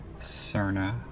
Cerna